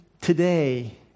today